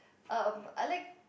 um I like